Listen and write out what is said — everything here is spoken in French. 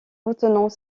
retenant